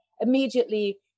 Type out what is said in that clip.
immediately